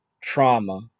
trauma